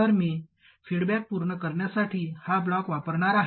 तर मी फीडबॅक पूर्ण करण्यासाठी हा ब्लॉक वापरणार आहे